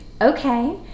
Okay